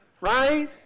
Right